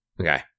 Okay